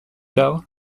tard